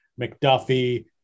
McDuffie